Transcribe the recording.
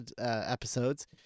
episodes